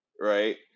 right